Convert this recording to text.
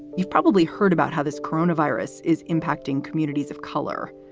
you've probably heard about how this coronavirus is impacting communities of color.